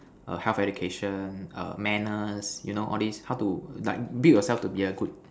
err health education err manners you know all this how to like build yourself to be a good